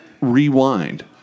rewind